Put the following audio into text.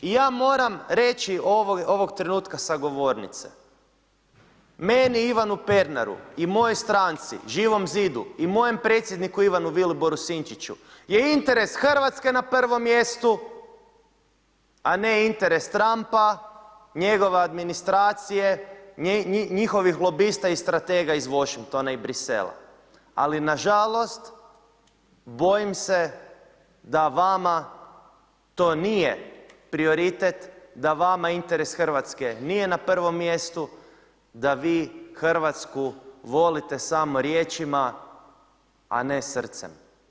I ja moram reći ovog trenutka sa govornice, meni Ivanu Pernaru i mojoj stranci Živom zidu i mojem predsjedniku Ivanu Viliboru Sinčiću je interes Hrvatske na prvom mjestu, a ne interes Trumpa, njegove administracije, njihovih lobista i stratega iz Washingtona i Bruxellesa, ali nažalost, bojim se da vama to nije prioritet da vama interes Hrvatske, nije na prvom mjestu, da vi Hrvatsku volite samo riješim a ne srcem.